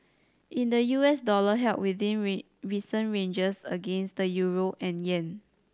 in the U S dollar held within recent ranges against the euro and yen